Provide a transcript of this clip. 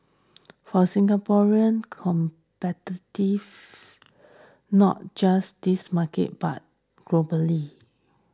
for Singaporean competitive not just this market but globally